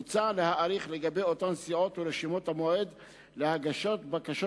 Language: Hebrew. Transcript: מוצע לדחות לגבי אותן סיעות ורשימות את המועד להגשת בקשות